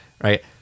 right